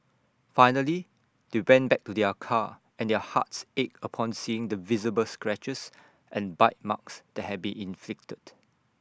finally they went back to their car and their hearts ached upon seeing the visible scratches and bite marks that had been inflicted